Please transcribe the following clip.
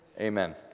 Amen